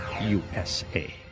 USA